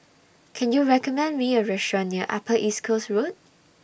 Can YOU recommend Me A Restaurant near Upper East Coast Road